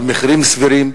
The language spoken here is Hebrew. במחירים סבירים.